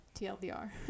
TLDR